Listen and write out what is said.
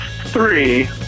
three